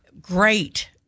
great